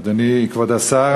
אדוני כבוד השר,